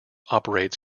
operates